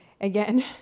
again